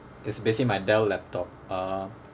is basically my Dell laptop uh